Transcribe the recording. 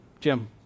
Jim